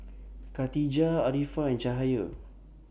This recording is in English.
Katijah Arifa and Cahaya